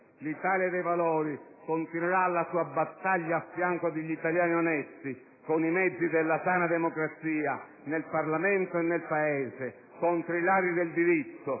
L'Italia dei Valori continuerà la sua battaglia a fianco degli italiani onesti, con i mezzi della sana democrazia, nel Parlamento e nel Paese, contro i ladri del diritto,